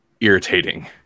irritating